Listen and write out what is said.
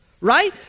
right